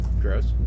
Gross